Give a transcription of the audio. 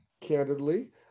candidly